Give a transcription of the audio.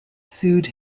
sued